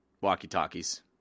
walkie-talkies